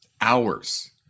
hours